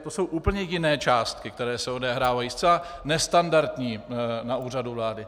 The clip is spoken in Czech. To jsou úplně jiné částky, které se odehrávají, zcela nestandardní, na Úřadu vlády.